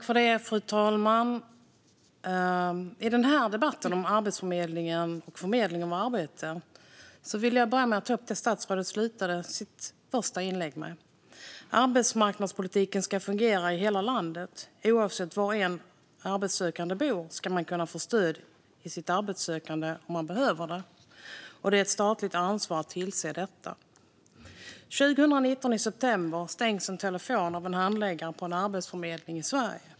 Fru talman! I denna debatt om Arbetsförmedlingen och förmedling av arbete vill jag börja med att ta upp de ord som statsrådet avslutade sitt första inlägg med: "Arbetsmarknadspolitiken ska fungera i hela landet. Oavsett var en arbetssökande bor ska man kunna få stöd i sitt arbetssökande om man behöver det, och det är ett statligt ansvar att tillse detta." I september 2019 stängs en telefon av en handläggare på en arbetsförmedling i Sverige.